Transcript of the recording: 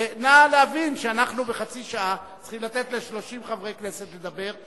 ונא להבין שאנחנו בחצי שעה צריכים לתת ל-30 חברי כנסת לדבר,